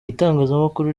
itangazamakuru